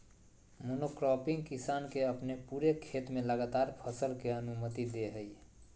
monocropping किसान के अपने पूरे खेत में लगातार फसल के अनुमति दे हइ